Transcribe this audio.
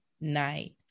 night